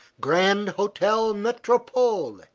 grand hotel metropole,